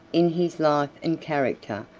in his life and character,